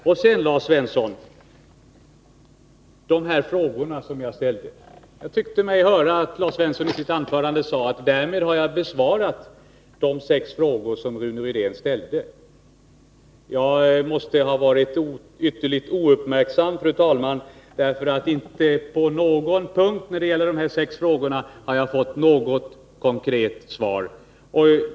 Jag ställde några frågor, Lars Svensson. Jag tyckte mig höra Lars Svensson säga: Därmed har jag besvarat de sex frågor som Rune Rydén ställde. Jag måste emellertid ha varit ytterligt ouppmärksam, fru talman, för inte på någon fråga har jag fått ett konkret svar.